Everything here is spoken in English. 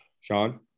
sean